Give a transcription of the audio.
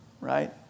Right